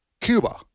Cuba